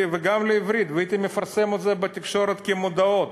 וגם לעברית, והייתי מפרסם את זה בתקשורת כמודעות,